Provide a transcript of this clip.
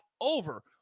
over